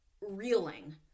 reeling